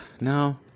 No